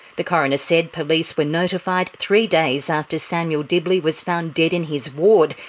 the coroner said police were notified three days after samuel dibley was found dead in his ward.